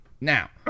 Now